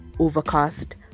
overcast